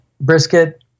brisket